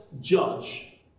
judge